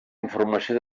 informació